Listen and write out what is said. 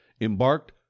embarked